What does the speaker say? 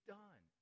done